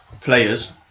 players